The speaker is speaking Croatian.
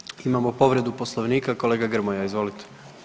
Imamo povredu Poslovnika, kolega Grmoja izvolite.